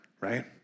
right